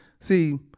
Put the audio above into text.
See